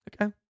Okay